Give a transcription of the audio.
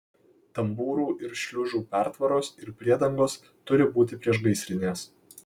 tambūrų ir šliuzų pertvaros ir perdangos turi būti priešgaisrinės